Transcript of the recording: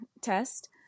test